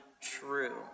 true